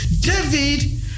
David